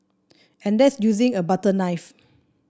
and that's using a butter knife